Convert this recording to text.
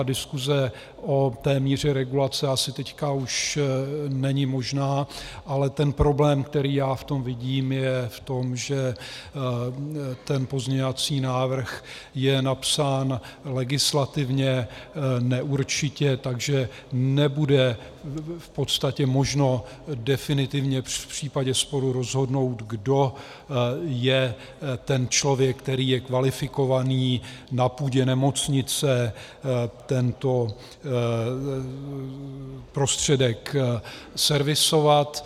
Diskuse o míře regulace asi teď už není možná, ale problém, který v tom vidím, je v tom, že pozměňovací návrh je napsán legislativně neurčitě, takže nebude v podstatě možno definitivně v případě sporu rozhodnout, kdo je ten člověk, který je kvalifikovaný na půdě nemocnice tento prostředek servisovat.